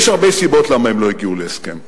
יש הרבה סיבות למה הם לא הגיעו להסכם,